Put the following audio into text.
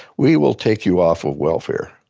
we will take you off of welfare.